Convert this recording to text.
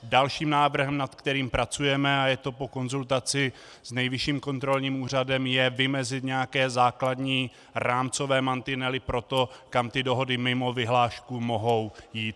Dalším návrhem, na kterém pracujeme, a je to po konzultaci s Nejvyšším kontrolním úřadem, je vymezit nějaké základní rámcové mantinely pro to, kam ty dohody mimo vyhlášku mohou jít.